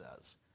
says